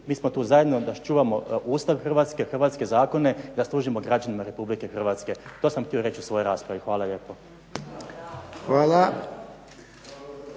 Mi smo tu zajedno da čuvamo Ustav Hrvatske, hrvatske zakone, da služimo građanima Republike Hrvatske. To sam htio reći u svojoj raspravi. Hvala lijepo. …